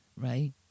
Right